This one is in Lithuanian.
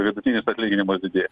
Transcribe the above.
vidutinis atlyginimas didėja